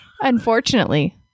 Unfortunately